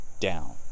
Down